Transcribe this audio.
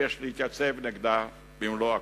שיש להתייצב נגדה במלוא הכוח.